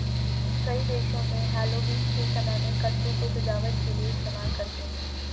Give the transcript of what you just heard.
कई देशों में हैलोवीन के समय में कद्दू को सजावट के लिए इस्तेमाल करते हैं